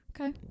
Okay